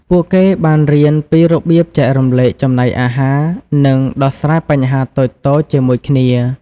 ពួកគេបានរៀនពីរបៀបចែករំលែកចំណីអាហារ និងដោះស្រាយបញ្ហាតូចៗជាមួយគ្នា។